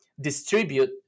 distribute